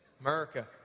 America